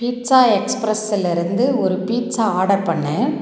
pizza எக்ஸ்ப்ரஸ்ஸில் இருந்து ஒரு பீட்சா ஆர்டர் பண்ணு